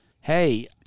hey